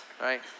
right